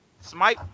Smite